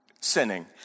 sinning